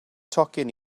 tocyn